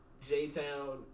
J-Town